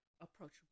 approachable